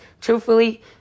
truthfully